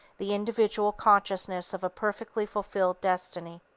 the individual consciousness of a perfectly fulfilled destiny.